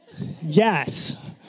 Yes